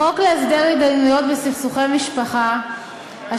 החוק להסדר התדיינויות בסכסוכי משפחה (הוראת שעה),